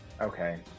Okay